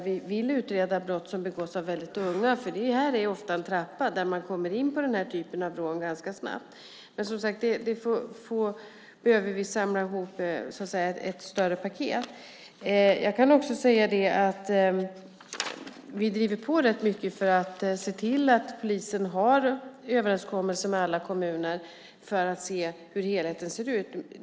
Vi vill att brott som begås av väldigt unga utreds, för det är ofta en trappa där man kommer in på den här typen av rån ganska snabbt. Som sagt behöver vi samla ihop ett större paket. Vi driver på rätt mycket för att se till att polisen har överenskommelser med alla kommuner för att se hur helheten ser ut.